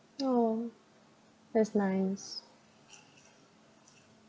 oh that's nice